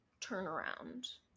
turnaround